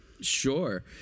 Sure